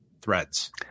threads